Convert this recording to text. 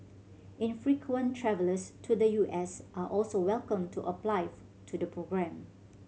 infrequent travellers to the U S are also welcome to apply to the programme